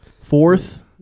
Fourth